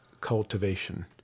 cultivation